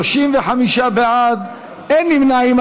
35 בעד, אין נמנעים.